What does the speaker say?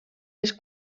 les